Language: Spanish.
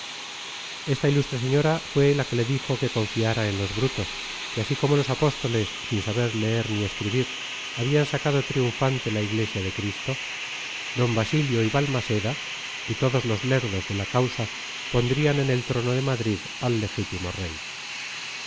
esta ilustre señora fue la que le dijo que confiara en los brutos que así como los apóstoles sin saber leer ni escribir habían sacado triunfante la iglesia de cristo d basilio y balmaseda y todos los lerdos de la causa pondrían en el trono de madrid al legítimo rey